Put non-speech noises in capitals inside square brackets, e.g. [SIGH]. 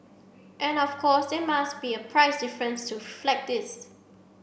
and of course there must be a price difference to [UNINTELLIGIBLE] this